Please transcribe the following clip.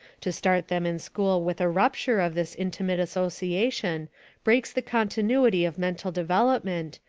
to start them in school with a rupture of this intimate association breaks the continuity of mental development,